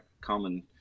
common